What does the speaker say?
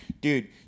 dude